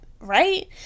Right